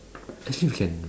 actually you can